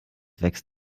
wächst